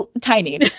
Tiny